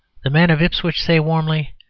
the men of ipswich say warmly,